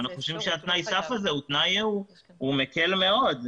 ואנחנו חושבים שתנאי הסף הזה מקל מאוד.